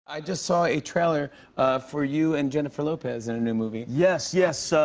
i just saw a trailer for you and jennifer lopez in a new movie. yes, yes. so